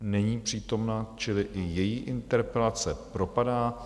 Není přítomna, čili i její interpelace propadá.